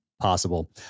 possible